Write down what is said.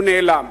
הוא נעלם.